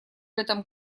этом